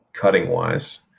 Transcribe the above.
cutting-wise